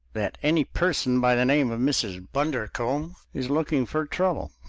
that any person by the name of mrs. bundercombe is looking for trouble.